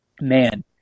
man